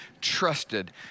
trusted